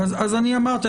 אמרתי.